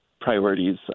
priorities